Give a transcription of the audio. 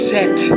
set